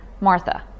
Martha